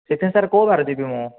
ସେଥିପାଇଁ ସାର୍ କେଉଁ ବାର ଯିବି ମୁଁ